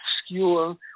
obscure